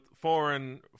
foreign